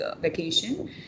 vacation